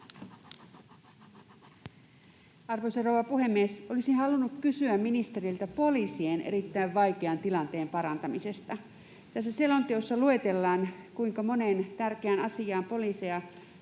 Arvoisa rouva puhemies! Olisin halunnut kysyä ministeriltä poliisien erittäin vaikean tilanteen parantamisesta. Tässä selonteossa luetellaan, kuinka moneen tärkeään asiaan poliiseja